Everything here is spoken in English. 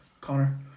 Connor